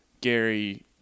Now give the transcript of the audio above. Gary